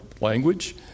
language